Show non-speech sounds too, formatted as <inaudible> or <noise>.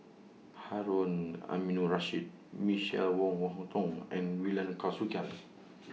Harun Aminurrashid Michael Wong Wong Hong Teng and <unintelligible> Kausikan <noise>